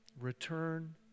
Return